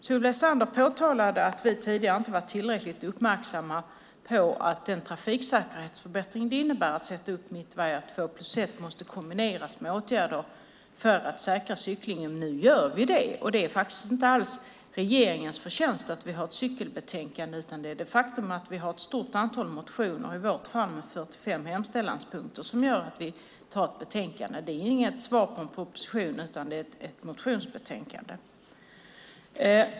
Solveig Zander påtalade att vi tidigare inte varit tillräckligt uppmärksamma på den trafiksäkerhetsförbättring det innebär att sätta upp mittvajrar, att två-plus-ett-vägar måste kombineras med åtgärder för att säkra cyklingen. Nu gör vi det, och det är faktiskt inte regeringens förtjänst att vi har ett cykelbetänkande. Anledningen till att vi har ett sådant betänkande är att det finns ett stort antal motioner om det, i vårt fall med 45 hemställanspunkter. Det är inte svar på en proposition utan ett motionsbetänkande.